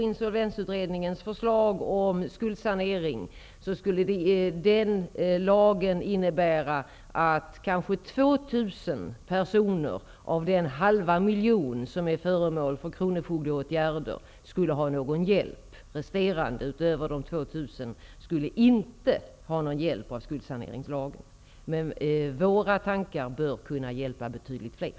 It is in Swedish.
Insolvensutredningens förslag till lag om skuldsanering skulle innebära att kanske 2 000 personer av den halva miljon personer som är föremål för kronofogdeåtgärder skulle få hjälp. Resterande skulle inte få någon hjälp genom skuldsaneringslagen. Våra idéer bör däremot kunna hjälpa betydligt fler.